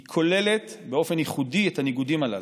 היא כוללת באופן ייחודי את הניגודים הללו.